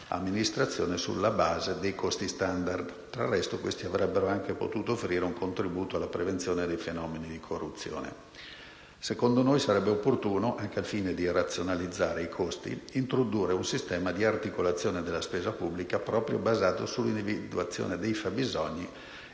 amministrazione sulla base dei costi *standard*. Del resto, questi avrebbero potuto offrire un contributo alla prevenzione dei fenomeni di corruzione. Secondo noi, sarebbe opportuno, anche al fine di razionalizzare i costi, introdurre un sistema di articolazione della spesa pubblica basato sull'individuazione dei fabbisogni